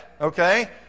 okay